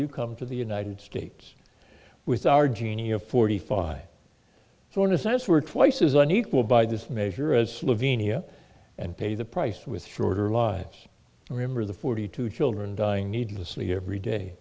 you come to the united states with our genia forty five so in a sense we're twice as unequal by this measure as slovenia and pay the price with shorter lives remember the forty two children dying needlessly every day